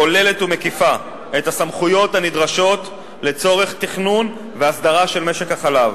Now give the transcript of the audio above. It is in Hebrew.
כוללת ומקיפה את הסמכויות הנדרשות לצורך תכנון והסדרה של משק החלב,